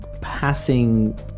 passing